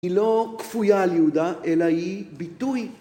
היא לא כפויה על יהודה אלא היא ביטוי.